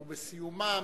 ובסיומו,